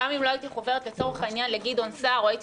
גם אם לא הייתי חוברת לצורך העניין לגדעון סער או שהייתי